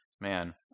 Man